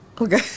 Okay